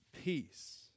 peace